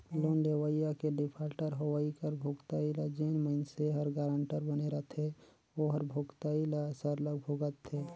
loan लेवइया के defaulter होवई कर भुगतई ल जेन मइनसे हर गारंटर बने रहथे ओहर भुगतई ल सरलग भुगतथे